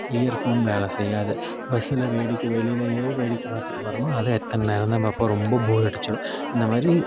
year phone வேலை செய்யாது பஸ்ஸில் வேடிக்கை வெளிலேயே வேடிக்கை பார்த்துட்டு வரணும் அதை எத்தனை நேரந்தான் பார்ப்போம் ரொம்ப போர் அடுச்சிடும் இந்த மாதிரி